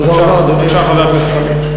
תודה רבה, אדוני, בבקשה, חבר הכנסת חנין.